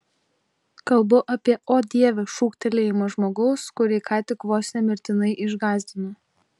kalbu apie o dieve šūktelėjimą žmogaus kurį ką tik vos ne mirtinai išgąsdino